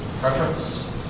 preference